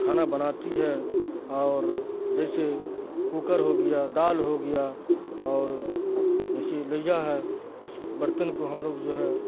کھانا بناتی ہے اور جیسے کوکر ہو گیا دال ہو گیا اور جیسے لئیا ہے اس برتن کو ہم لوگ جو ہے